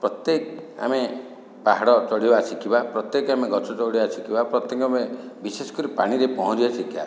ପ୍ରତ୍ୟେକ ଆମେ ପାହାଡ଼ ଚଢ଼ିବା ଶିଖିବା ପ୍ରତ୍ୟକ ଆମେ ଗଛ ଚଢ଼ିବା ଶିଖିବା ପ୍ରତ୍ୟେକ ଆମେ ବିଶେଷ କରି ପାଣିରେ ପହଁରିବା ଶିଖିବା